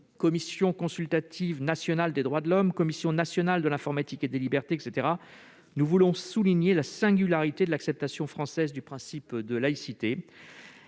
Commission consultative nationale des droits de l'homme ou encore la Commission nationale de l'informatique et des libertés, la CNIL. Ainsi, nous entendons souligner la singularité de l'acceptation française du principe de laïcité.